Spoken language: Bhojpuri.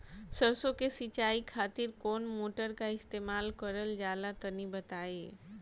सरसो के सिंचाई खातिर कौन मोटर का इस्तेमाल करल जाला तनि बताई?